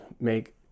make